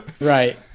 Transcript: Right